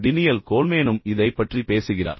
denial கோல்மேனும் இதைப் பற்றி பேசுகிறார்